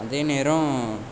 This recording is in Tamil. அதே நேரம்